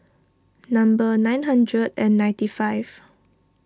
number nine hundred and ninety five